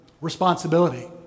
responsibility